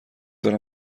دارم